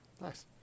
Nice